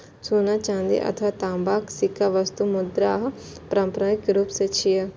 सोना, चांदी अथवा तांबाक सिक्का वस्तु मुद्राक पारंपरिक रूप छियै